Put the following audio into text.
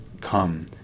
come